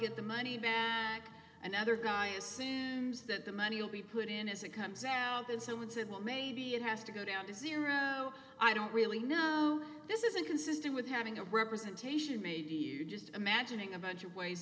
get the money bag and other guy assumes that the money will be put in as it comes out that someone said well maybe it has to go down to zero i don't really know this isn't consistent with having a representation maybe you just imagining a bunch of ways